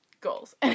goals